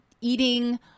Eating